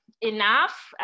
enough